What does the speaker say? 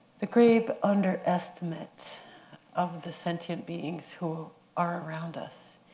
the grave underestimates of the sentient beings who are around us,